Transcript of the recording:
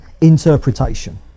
interpretation